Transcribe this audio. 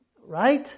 right